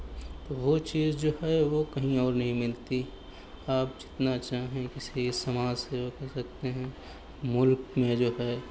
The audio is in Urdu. تو وہ چیز جو ہے وہ کہیں اور نہیں ملتی آپ جتنا چاہیں کسی سماج سیوا کر سکتے ہیں ملک میں جو ہے